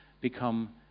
become